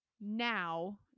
now